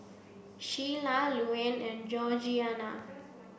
Shiela Luanne and Georgiana